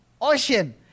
ocean